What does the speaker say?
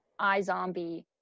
iZombie